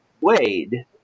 Wade